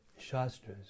Shastras